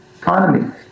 economy